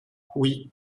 oui